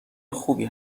خوبی